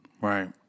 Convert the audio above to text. Right